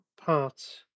parts